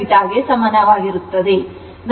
ನಾನು ಅದನ್ನು ಸ್ಪಷ್ಟಗೊಳಿಸುತ್ತೇನೆ